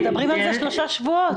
מדברים על זה שלושה שבועות.